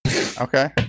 Okay